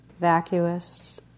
vacuous